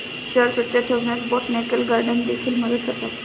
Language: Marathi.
शहर स्वच्छ ठेवण्यास बोटॅनिकल गार्डन देखील मदत करतात